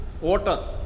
water